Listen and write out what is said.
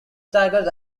staggered